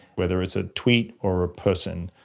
whether it's a tweet or a person.